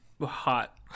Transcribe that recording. Hot